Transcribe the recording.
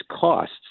costs